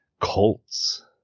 cults